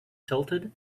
tilted